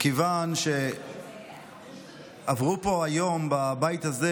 מכיוון שעברו פה היום בבית הזה,